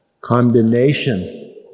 condemnation